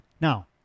Now